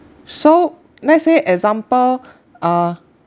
so let's say example uh